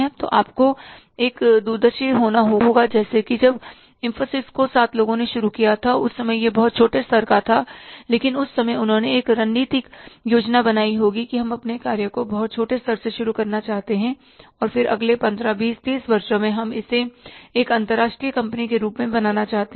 तो आपको एक दूरदर्शी होना होगा जो कहां से शुरू करेंगे कहां पर अंत होगा जैसे कि जब इन्फोसिस को सात लोगों ने शुरू किया गया था उस समय यह बहुत छोटे स्तर पर था लेकिन उस समय उन्होंने एक रणनीतिक योजना बनाई होगी कि हम अपने कार्य को बहुत छोटे स्तर से शुरू करना चाहते हैं और फिर अगले पंद्रह बीस तीस वर्षों में हम इसे एक अंतरराष्ट्रीय कंपनी के रूप में बनाना चाहते हैं